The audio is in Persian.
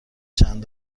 چند